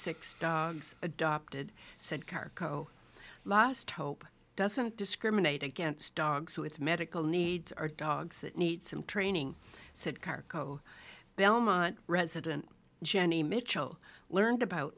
six dogs adopted said car co last hope doesn't discriminate against dogs with medical needs are dogs that need some training said cargo belmont resident jenny mitchell learned about